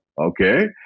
okay